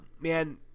Man